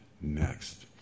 next